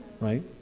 right